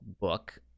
book